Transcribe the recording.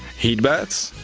heat beds,